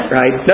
right